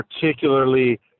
particularly